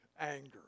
anger